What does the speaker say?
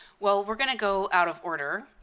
well, we're going to go out of order.